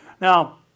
Now